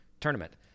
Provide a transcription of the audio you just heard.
tournament